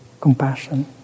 compassion